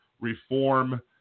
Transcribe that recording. reform